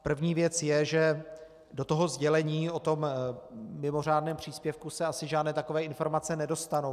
První věc je, že do sdělení o tom mimořádném příspěvku se asi žádné takové informace nedostanou.